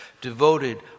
devoted